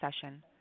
session